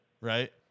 right